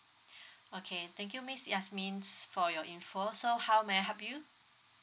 okay thank you miss yasmine for your info so how may I help you